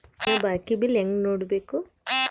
ನನ್ನ ಬಾಕಿ ಬಿಲ್ ಹೆಂಗ ನೋಡ್ಬೇಕು?